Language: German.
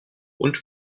und